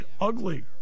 Ugly